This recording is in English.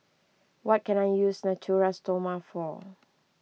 what can I use Natura Stoma for